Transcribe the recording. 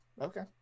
okay